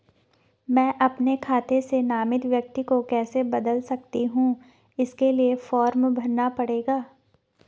मैं अपने खाते से नामित व्यक्ति को कैसे बदल सकता हूँ इसके लिए फॉर्म भरना पड़ेगा?